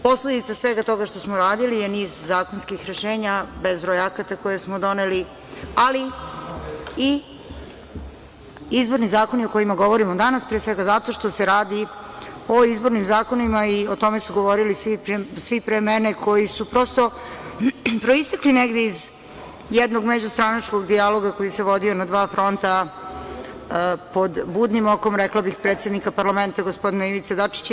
Posledice svega toga što smo uradili su niz zakonskih rešenja, bezbroj akata koje smo doneli, ali i izborni zakoni o kojima govorimo danas, pre svega zato što se radi o izbornim zakonima, i o tome su govorili svi pre mene, koji su prosto proistekli negde iz jednog međustranačkog dijaloga koji se vodio na dva fronta pod budnim okom, rekla bih, predsednika parlamenta, gospodina Ivice Dačića.